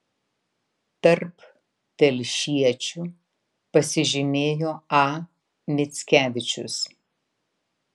tarp telšiečių pasižymėjo a mickevičius